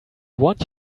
want